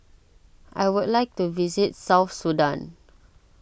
I would like to visit South Sudan